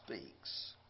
speaks